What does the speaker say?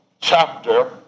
chapter